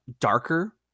darker